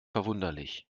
verwunderlich